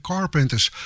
Carpenters